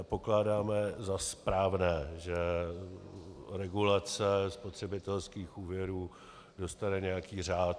Pokládáme za správné, že regulace spotřebitelských úvěrů dostane nějaký řád.